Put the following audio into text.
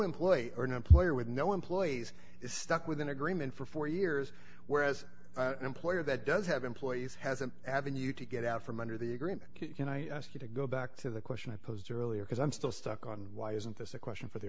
employer or an employer with no employees is stuck with an agreement for four years whereas an employer that does have employees has an avenue to get out from under the agreement can i ask you to go back to the question i posed earlier because i'm still stuck on why isn't this a question for the